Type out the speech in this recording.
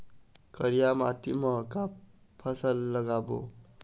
करिया माटी म का फसल लगाबो?